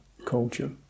culture